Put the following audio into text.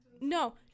no